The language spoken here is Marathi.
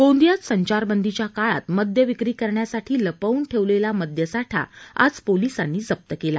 गोंदियात संचारबंदीच्या काळात मद्य विक्री करण्यासाठी लपवून ठेवलेला मद्यसाठा आज पोलिसांनी जप्त केला